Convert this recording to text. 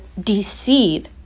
deceive